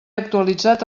actualitzat